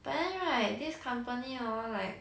but then right this company hor like